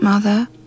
Mother